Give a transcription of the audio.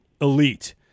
elite